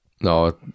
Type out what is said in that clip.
No